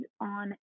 on